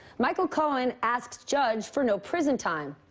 michael cohen asked judge for no prison time.